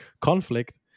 conflict